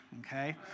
okay